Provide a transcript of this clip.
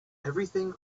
everything